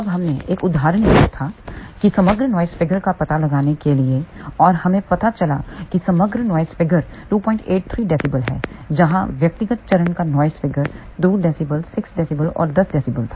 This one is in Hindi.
तब हमने एक उदाहरण लिया था कि समग्र नॉइस फिगर का पता लगाने के लिए और हमें पता चला कि समग्र नॉइस फिगर 283 dB है जहां व्यक्तिगत चरण का नॉइस फिगर 2 dB 6 dB और 10 dB था